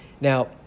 now